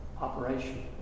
operation